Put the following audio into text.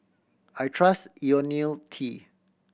I trust Ionil T